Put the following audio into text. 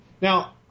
Now